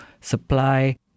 supply